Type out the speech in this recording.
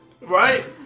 Right